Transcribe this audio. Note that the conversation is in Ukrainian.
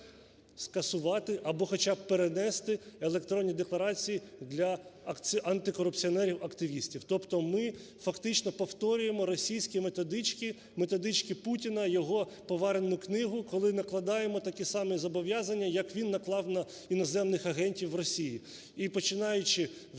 скасувати або хоча б перенести електронні декларації для антикорупціонерів, активістів. Тобто ми фактично повторюємо російські методички, методички Путіна, його "поварену книгу", коли накладаємо такі самі зобов'язання, як він наклав на іноземних агентів в Росії. І, починаючи вже